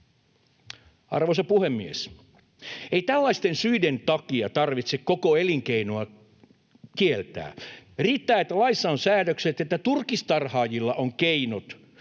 Arvoisa puhemies! Ei tällaisten syiden takia tarvitse koko elinkeinoa kieltää. Riittää, että laissa on säännökset, että turkistarhaajilla on keinot